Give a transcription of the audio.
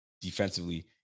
defensively